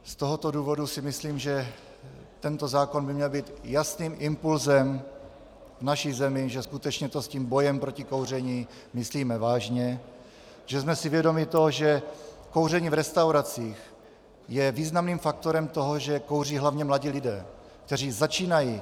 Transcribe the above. Z tohoto důvodu si myslím, že tento zákon by měl být jasným impulzem naší zemi, že to skutečně s tím bojem proti kouření v naší zemi myslíme vážně, že jsme si vědomi toho, že kouření v restauracích je významným faktorem toho, že kouří hlavně mladí lidé, kteří začínají.